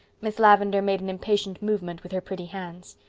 miss lavendar made an impatient movement with her pretty hands.